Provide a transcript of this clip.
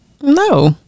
No